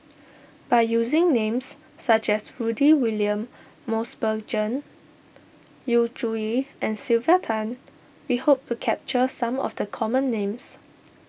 by using names such as Rudy William Mosbergen Yu Zhuye and Sylvia Tan we hope to capture some of the common names